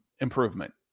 improvement